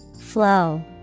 Flow